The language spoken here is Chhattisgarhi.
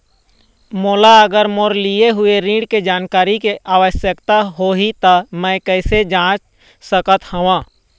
मोला अगर मोर लिए हुए ऋण के जानकारी के आवश्यकता होगी त मैं कैसे जांच सकत हव?